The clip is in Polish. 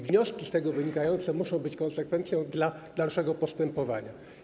Wnioski z tego wynikające muszą być konsekwencją dla dalszego postępowania.